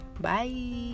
bye